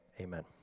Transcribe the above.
amen